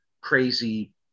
crazy